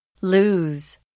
Lose